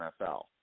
NFL